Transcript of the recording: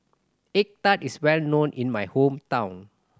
egg tart is well known in my hometown